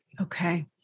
Okay